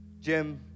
Jim